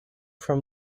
from